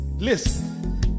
Listen